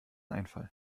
einfall